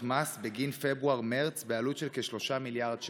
מס בגין פברואר-מרץ בעלות של כ-3 מיליארד ש"ח.